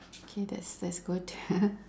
okay that's that's good